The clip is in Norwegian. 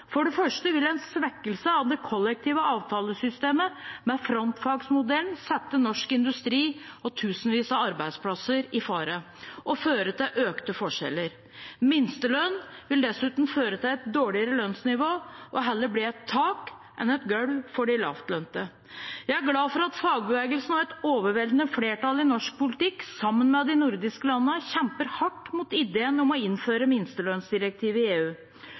En svekkelse av det kollektive avtalesystemet med frontfagsmodellen vil sette norsk industri og tusenvis av arbeidsplasser i fare og føre til økte forskjeller. Minstelønn vil dessuten føre til et dårligere lønnsnivå, og heller bli et tak enn et gulv for de lavtlønte. Jeg er glad for at fagbevegelsen og et overveldende flertall i norsk politikk, sammen med de nordiske landene, kjemper hardt mot ideen om å innføre et minstelønnsdirektiv i EU.